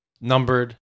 Numbered